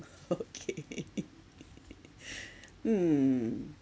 okay mm